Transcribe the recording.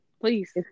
Please